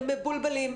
הם מבולבלים,